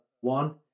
one